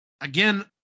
again